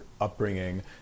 upbringing